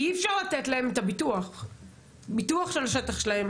כי אי אפשר לתת להם ביטוח של השטח שלהם,